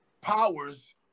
powers